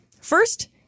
First